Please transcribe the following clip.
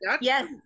Yes